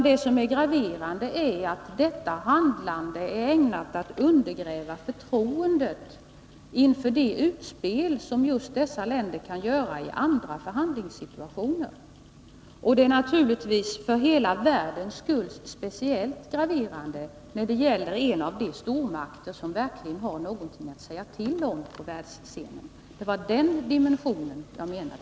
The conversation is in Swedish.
Det graverande är att detta handlande är ägnat att undergräva förtroendet inför de utspel som just dessa länder kan göra i andra förhandlingssituationer. Det är naturligtvis, för hela världens skull, speciellt graverande när det gäller en av de stormakter som verkligen har någonting att säga till om på världsscenen. Det var den dimensionen jag menade.